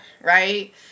right